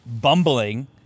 bumbling